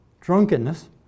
drunkenness